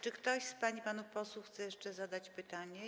Czy ktoś z pań i panów posłów chce jeszcze zadać pytanie?